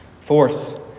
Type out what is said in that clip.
Fourth